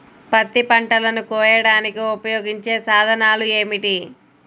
పత్తి పంటలను కోయడానికి ఉపయోగించే సాధనాలు ఏమిటీ?